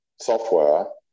software